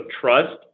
trust